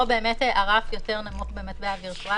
פה באמת הרף יותר נמוך ופה,